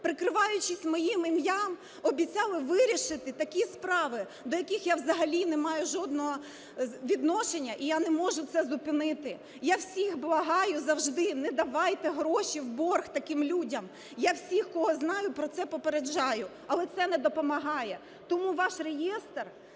Прикриваючись моїм ім'ям, обіцяв вирішити такі справи, до яких я взагалі не маю жодного відношення, і я не можу це зупинити. Я всіх благаю завжди, не давайте гроші в борг таким людям. Я всіх, кого знаю, про це попереджаю. Але це не допомагає. Тому ваш реєстр